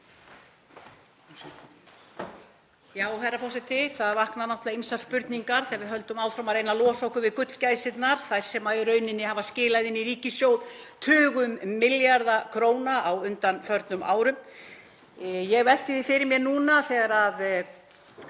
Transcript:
Herra forseti. Það vakna náttúrlega ýmsar spurningar þegar við höldum áfram að reyna að losa okkur við gullgæsirnar, þær sem í rauninni hafa skilað inn í ríkissjóð tugum milljarða króna á undanförnum árum. Ég velti því fyrir mér núna þegar